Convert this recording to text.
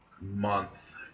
month